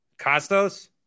Costos